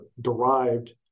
derived